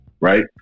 right